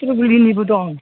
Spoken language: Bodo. फिलगुरिनिबो दं